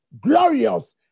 glorious